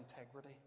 integrity